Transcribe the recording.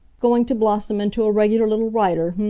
going to blossom into a regular little writer, h'm?